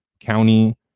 county